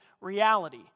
reality